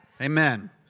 Amen